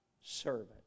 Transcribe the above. servant